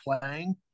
playing